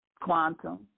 Quantum